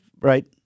right